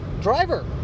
driver